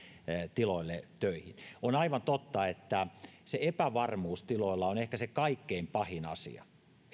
tiloille töihin on aivan totta että se epävarmuus tiloilla on ehkä se kaikkein pahin asia